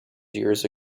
years